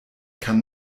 kann